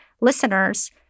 Listeners